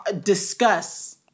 discuss